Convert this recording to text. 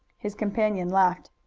his companion laughed.